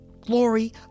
glory